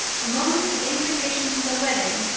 the moment the invitation to the wedding.